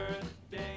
birthday